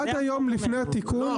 עד היום לפני התיקון --- לא.